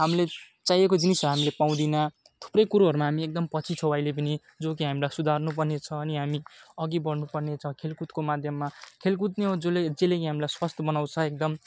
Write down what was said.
हामीले चाहिएको जिनिस हामीले पाउँदिनौँ थुप्रै कुरोहरूमा हामी एकदम पछि छौँ अहिले पनि जो कि हामीलाई सुधार्नु पर्ने छ अनि हामी अघि बढनु पर्ने छ खेलकुदको माध्यममा खेलकुद नै हो जे जसले हामीलाई स्वास्थ्य बनाउँछ एकदम